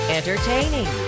Entertaining